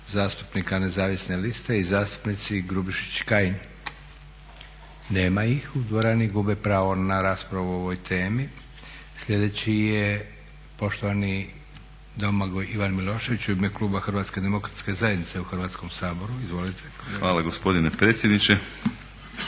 Hvala gospodine predsjedniče.